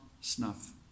snuff